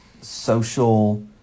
social